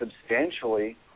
substantially